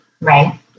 Right